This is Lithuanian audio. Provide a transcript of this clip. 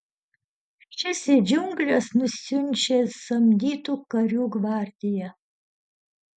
šis į džiungles nusiunčia samdytų karių gvardiją